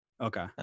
Okay